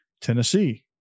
Tennessee